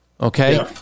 okay